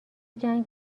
جنگ